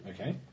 Okay